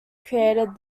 created